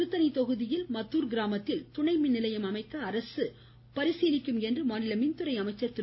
திருத்தணி தொகுதியில் மத்தூர் கிராமத்தில் துணை மின் நிலையம் அமைக்க அரசு பரிசீலிக்கும் என மாநில மின் துறை அமைச்சர் திரு